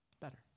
better